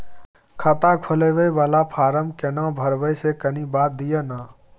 खाता खोलैबय वाला फारम केना भरबै से कनी बात दिय न?